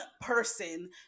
person